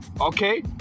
Okay